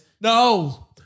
No